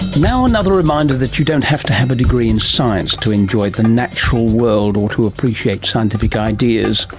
now another reminder that you don't have to have a degree in science to enjoy the natural world or to appreciate scientific ideas.